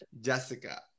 jessica